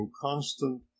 constant